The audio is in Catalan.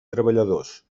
treballadors